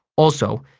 also,